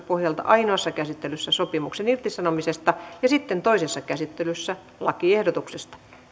pohjalta ainoassa käsittelyssä sopimuksen irtisanomisesta ja sitten toisessa käsittelyssä lakiehdotuksesta